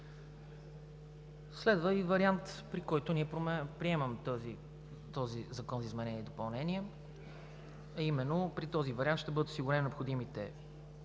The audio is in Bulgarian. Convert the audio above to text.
Следва и вариант, при който ние приемаме този закон за изменение и допълнение, а именно при този вариант ще бъдат осигурени необходимите